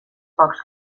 pocs